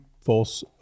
false